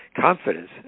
confidence